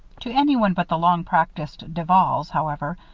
to anyone but the long-practiced duvals, however,